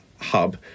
hub